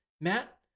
Matt